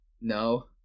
No